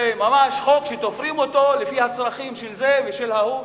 חוק שתופרים אותו לפי הצרכים של זה ושל ההוא.